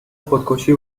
خودکشی